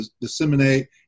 disseminate